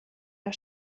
der